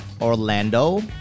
Orlando